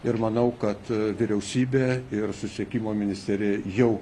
ir manau kad vyriausybė ir susisiekimo ministerija jau